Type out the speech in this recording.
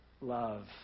love